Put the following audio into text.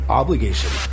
obligation